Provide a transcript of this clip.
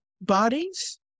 bodies